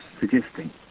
suggesting